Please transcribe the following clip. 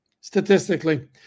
Statistically